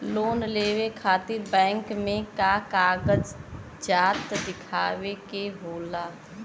Loan लेवे खातिर bank मे का कागजात दिखावे के होला?